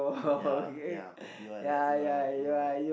ya ya you are right you are right you are right